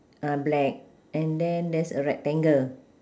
ah black and then there's a rectangle